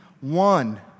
one